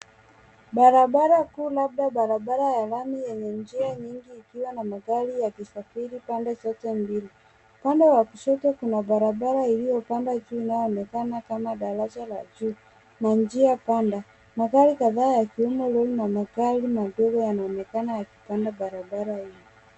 Barabara kuu labda barabara ya lami enye njia nyingi ikiwa magari ya kusafiri pande zote mbili. Pande wa kushoto kuna barabara iliopanda juu inaoonekana kama daraja ya juu na njia panda, magari kataa yakiwemo lori na magari madogo yanaonekana akipanda barabara hio.